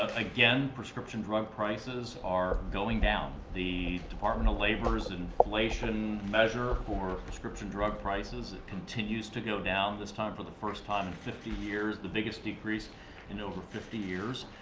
again, prescription drug prices are going down. the department of labor's inflation measure for prescription drug prices, it continues to go down this time for the first time in fifty years. the biggest decrease in over fifty years.